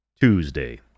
Tuesday